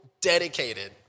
dedicated